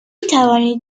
توانید